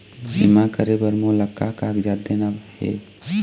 बीमा करे बर मोला का कागजात देना हे?